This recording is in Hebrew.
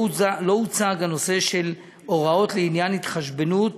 לא הוצג הנושא של הוראות לעניין התחשבנות